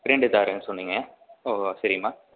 இரண்டு தாருன்னு சொன்னிங்க ஓ ஓ சரிங்கம்மா